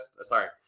sorry